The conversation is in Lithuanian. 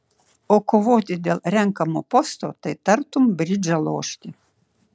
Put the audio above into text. o kovoti dėl renkamo posto tai tartum bridžą lošti